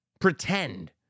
pretend